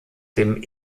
dem